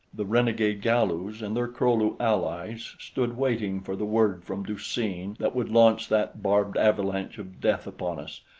the renegade galus and their kro-lu allies stood waiting for the word from du-seen that would launch that barbed avalanche of death upon us,